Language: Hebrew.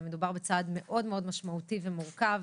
ומדובר בצעד מאוד-מאוד משמעותי ומורכב,